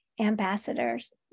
ambassadors